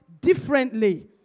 differently